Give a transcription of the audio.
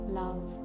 love